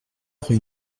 rue